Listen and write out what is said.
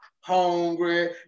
hungry